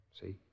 See